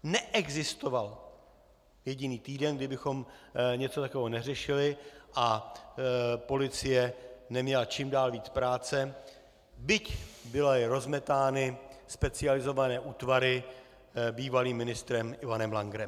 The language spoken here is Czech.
Neexistoval jediný týden, kdy bychom něco takového neřešili a policie neměla čím dál víc práce, byť byly rozmetány specializované útvary bývalým ministrem Ivanem Langrem.